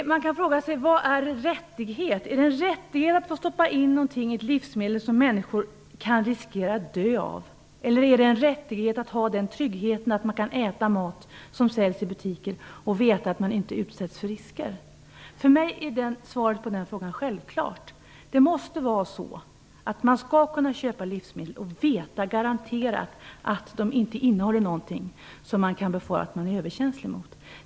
Man kan fråga sig vad som är en rättighet. Är det en rättighet att få stoppa in någonting i ett livsmedel som människor kan riskera att dö av, eller är det en rättighet att ha den tryggheten att kunna äta mat som säljs i butiker och veta att man inte utsätts för risker? För mig är svaret på den frågan självklar. Det måste vara så att man skall kunna köpa livsmedel och garanterat veta att de inte innehåller någonting som man kan befara att man är överkänslig mot.